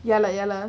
ya lah ya lah